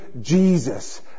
Jesus